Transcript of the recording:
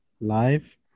live